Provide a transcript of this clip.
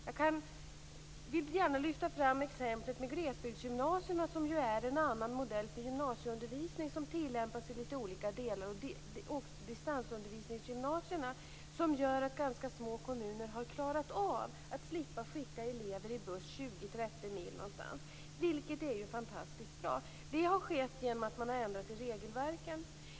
Jag vill gärna lyfta fram exemplet med glesbygdsgymnasierna, som ju är en annan modell för gymnasieundervisning som tillämpas i lite olika delar, också distansundervisningsgymnasierna, som gör att ganska små kommuner har klarat av att slippa skicka elever i buss 20-30 mil någonstans, vilket ju är fantastiskt bra. Det har skett genom att man har ändrat i regelverken.